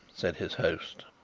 said his host.